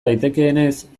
daitekeenez